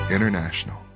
International